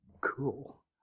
Cool